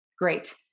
great